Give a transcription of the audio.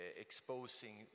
exposing